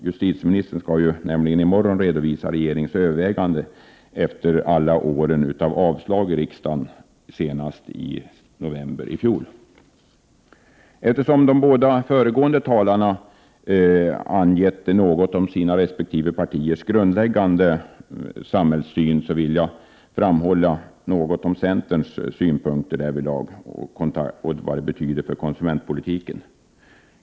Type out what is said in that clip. Justitieministern skall ju i morgon redovisa regeringens överväganden efter alla avslag i riksdagen, senast i november i fjol. Eftersom de båda föregående talarna har redovisat något av sina resp. partiers grundläggande samhällssyn, vill jag framföra några av centerns principiella synpunkter med avseende på samhällsutveckling och konsumentpolitik.